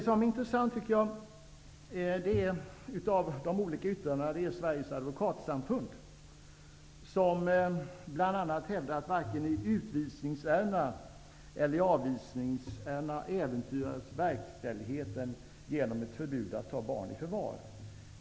Sveriges advokatsamfunds yttrande är intressant. Där hävdas bl.a. att ''varken i utvisningsärenden eller i avvisningsärenden äventyras verkställigheten genom ett förbud att ta barn i förvar.